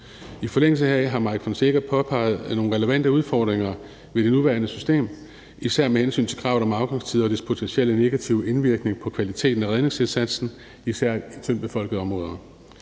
I forlængelse heraf har Mike Villa Fonseca påpeget nogle relevante udfordringer ved det nuværende system, især med hensyn til kravet om afgangstider og dets potentielle negative indvirkning på kvaliteten af redningsindsatsen, især i tyndt befolkede områder.